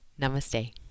Namaste